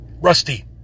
Rusty